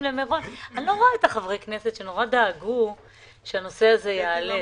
אני לא רואה את חברי הכנסת שדאגו כל כך שהנושא הזה יעלה.